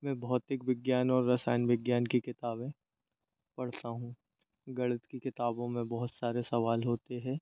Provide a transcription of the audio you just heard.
मैं भौतिक विज्ञान और रसायन विज्ञान की किताबें पढ़ता हूँ गणित की किताबों में बहुत सारे सवाल होते हैं